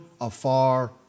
afar